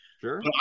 Sure